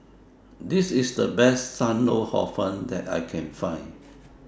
This IS The Best SAM Lau Hor Fun that I Can Find